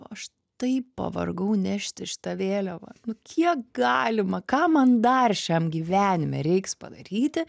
aš taip pavargau nešti šitą vėliavą nu kiek galima ką man dar šiam gyvenime reiks padaryti